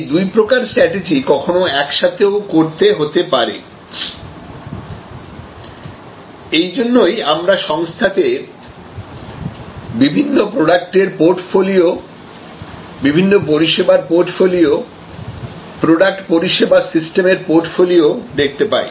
এই দুই প্রকার স্ট্র্যাটেজি কখনো একসাথে ও করতে হতে পারে এই জন্যই আমরা সংস্থাতে বিভিন্ন প্রোডাক্ট এর পোর্টফলিও বিভিন্ন পরিষেবার পোর্টফলিও প্রোডাক্ট পরিষেবা সিস্টেমের পোর্টফলিও দেখতে পাই